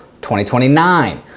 2029